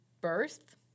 birth